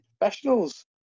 professionals